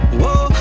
whoa